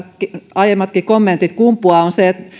aiemmatkin kommentit kumpuavat on se